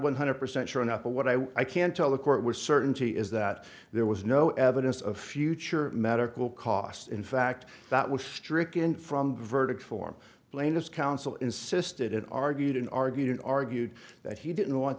one hundred percent sure enough but what i can tell the court was certainty is that there was no evidence of future medical costs in fact that was stricken from verdict form plaintiff's counsel insisted and argued and argued and argued that he didn't want